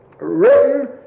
written